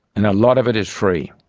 and a lot of it is free,